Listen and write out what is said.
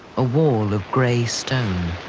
a wall of gray stone,